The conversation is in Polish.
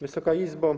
Wysoka Izbo!